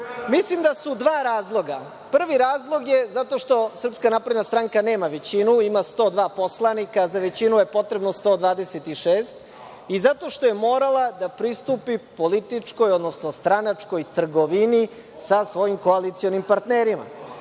Mislim da su dva razloga. Prvi razlog je zato što SNS nema većinu, ima 102 poslanika, a za većinu je potrebno 126, i zato što je morala da pristupi političkoj, odnosno stranačkoj trgovini sa svojim koalicionim partnerima.